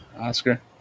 Oscar